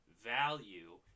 Value